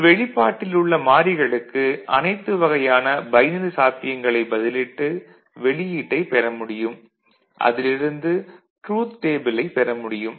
ஒரு வெளிப்பாட்டில் உள்ள மாறிகளுக்கு அனைத்து வகையான பைனரி சாத்தியங்களைப் பதிலிட்டு வெளியீட்டைப் பெற முடியும் அதிலிருந்து ட்ரூத் டேபிளை பெற முடியும்